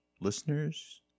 listeners